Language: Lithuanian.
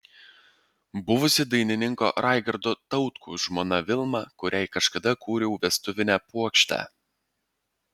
buvusi dainininko raigardo tautkaus žmona vilma kuriai kažkada kūriau vestuvinę puokštę